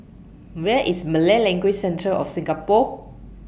Where IS Malay Language Centre of Singapore